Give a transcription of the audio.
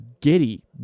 giddy